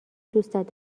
دوستت